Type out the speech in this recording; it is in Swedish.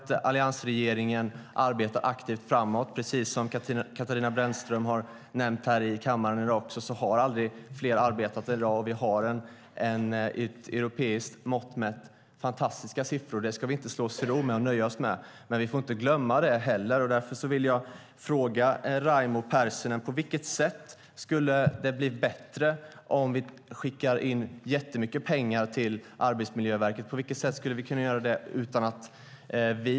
Alliansregeringen arbetar aktivt med frågorna. Som Katarina Brännström redan nämnt har aldrig fler arbetat än i dag. Vi har med europeiska mått mätt fantastiska siffror. Det ska vi inte nöja oss med och slå oss till ro, men vi får heller inte glömma att det är så. Jag vill därför fråga Raimo Pärssinen på vilket sätt det skulle bli bättre om vi skickade jättemycket pengar till Arbetsmiljöverket.